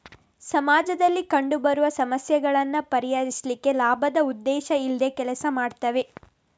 ಸಮಾಜದಲ್ಲಿ ಕಂಡು ಬರುವ ಸಮಸ್ಯೆಗಳನ್ನ ಪರಿಹರಿಸ್ಲಿಕ್ಕೆ ಲಾಭದ ಉದ್ದೇಶ ಇಲ್ದೆ ಕೆಲಸ ಮಾಡ್ತವೆ